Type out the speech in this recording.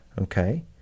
okay